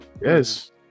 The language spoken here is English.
Yes